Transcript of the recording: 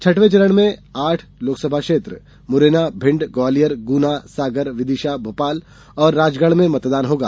छटवे चरण में आठ लोकसभा क्षेत्र मुरैना भिण्ड ग्वालियर गुना सागर विदिशा भोपाल और राजगढ़ में मतदान होगा